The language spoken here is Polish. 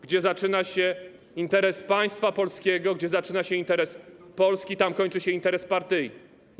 Gdzie zaczyna się interes państwa polskiego, gdzie zaczyna się interes Polski, tam kończy się interes partyjny.